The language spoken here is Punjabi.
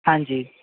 ਹਾਂਜੀ